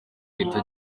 ahita